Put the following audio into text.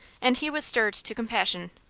and he was stirred to compassion.